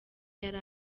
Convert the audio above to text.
yari